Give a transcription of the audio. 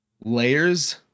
Layers